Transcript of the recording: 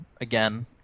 again